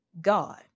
God